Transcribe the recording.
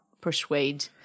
persuade